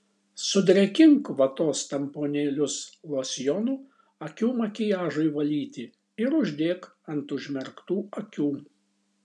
sudrėkink vatos tamponėlius losjonu akių makiažui valyti ir uždėk ant užmerktų akių